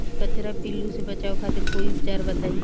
कजरा पिल्लू से बचाव खातिर कोई उपचार बताई?